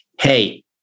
hey